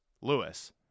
Lewis